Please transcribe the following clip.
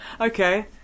Okay